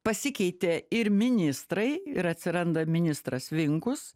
pasikeitė ir ministrai ir atsiranda ministras vinkus